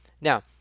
Now